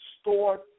stored